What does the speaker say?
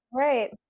Right